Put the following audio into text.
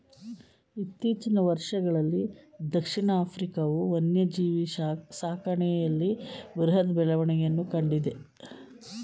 ಇತ್ತೀಚಿನ ವರ್ಷಗಳಲ್ಲೀ ದಕ್ಷಿಣ ಆಫ್ರಿಕಾವು ವನ್ಯಜೀವಿ ಸಾಕಣೆಯಲ್ಲಿ ಬೃಹತ್ ಬೆಳವಣಿಗೆಯನ್ನು ಕಂಡಿದೆ